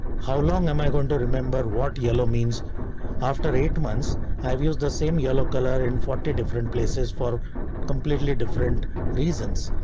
how long am i going to remember what yellow means after eight months i've used the same yellow color in forty different places for completely different reasons,